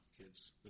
kids